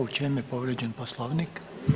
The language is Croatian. U čemu je povrijeđen Poslovnik?